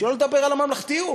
שלא לדבר על הממלכתיות.